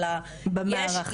במערך עצמו.